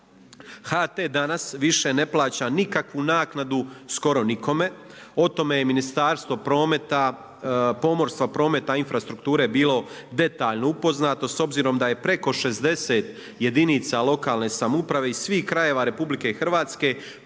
HT danas više ne plaća nikakvu naknadu skoro nikome, o tome je Ministarstvo pomorstva, prometa i infrastrukture bilo detaljno upoznato s obzirom da je preko 60 jedinica lokalne samouprave iz svih krajeva RH poslalo dopise kojima